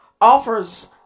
offers